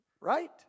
Right